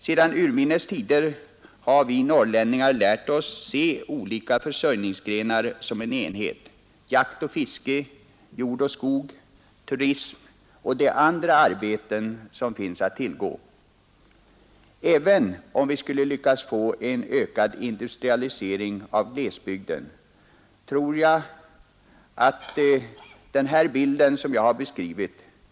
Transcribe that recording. Sedan urminnes tider har vi norrlänningar lärt oss se olika försörjningsgrenar som en enhet: jakt och fiske, jord och skog, turism och de andra arbeten som finns att tillgå. Även om vi skulle lyckas få en ökad industrialisering i glesbygden tror jag att den här bilden, som jag har beskrivit.